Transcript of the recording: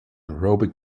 aerobic